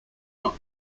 not